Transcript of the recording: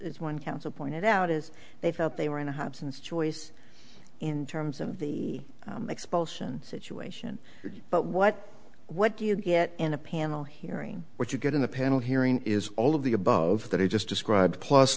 one counsel pointed out as they felt they were in a hobson's choice in terms of the expulsion situation but what what do you get in a panel hearing what you get in a panel hearing is all of the above that i just described plus